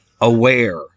aware